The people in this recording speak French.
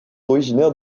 originaire